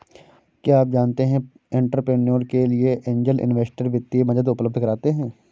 क्या आप जानते है एंटरप्रेन्योर के लिए ऐंजल इन्वेस्टर वित्तीय मदद उपलब्ध कराते हैं?